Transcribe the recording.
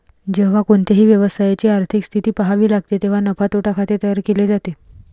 जेव्हा कोणत्याही व्यवसायाची आर्थिक स्थिती पहावी लागते तेव्हा नफा तोटा खाते तयार केले जाते